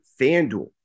FanDuel